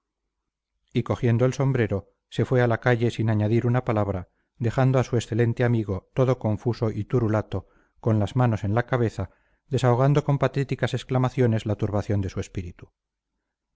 y cogiendo el sombrero se fue a la calle sin añadir una palabra dejando a su excelente amigo todo confuso y turulato con las manos en la cabeza desahogando con patéticas exclamaciones la turbación de su espíritu